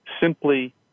simply